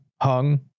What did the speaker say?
hung